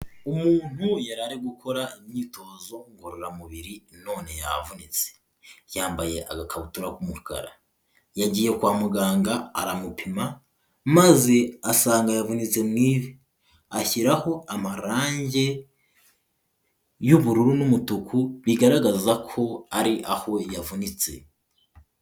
Umuntu yari ari gukora imyitozo ngororamubiri none yavunitse, yambaye agakabutura k'umukara, yagiye kwa muganga aramupima maze asanga yavunitse mu ivi, ashyiraho amarangi y'ubururu n'umutuku bigaragaza ko ari aho yavunitse.